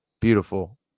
Beautiful